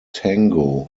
tango